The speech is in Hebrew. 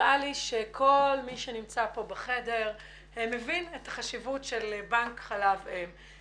נראה לי שכל מי שנמצא כאן בחדר מבין את החשיבות של בנק חלב אם.